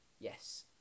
Yes